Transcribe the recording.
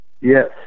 Yes